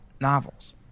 Novels